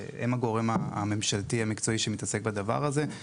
הם הגורם הממשלתי המקצועי שמתעסק בדבר הזה.